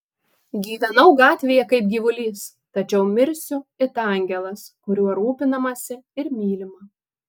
gyvenau gatvėje kaip gyvulys tačiau mirsiu it angelas kuriuo rūpinamasi ir mylima